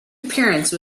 appearance